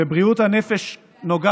אין מחלוקת.